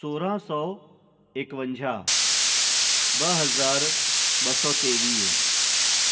सोरहं सौ एकवंजाहु ॿ हज़ार ॿ सौ टेवीह